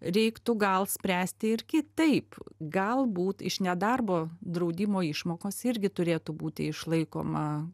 reiktų gal spręsti ir kitaip galbūt iš nedarbo draudimo išmokos irgi turėtų būti išlaikoma